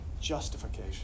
justification